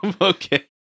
Okay